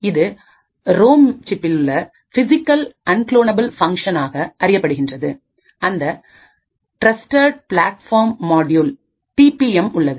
இது ரோம் சிபில் உள்ள பிசிகல்லி அண்குலோனபல் ஃபங்ஷனாகPhysically Unclonable Function அறியப்படுகின்றது அல்லது டிரஸ்டட் பிளாட்பார்ம் மாட்யூலில் Trusted Platform Modul உள்ளது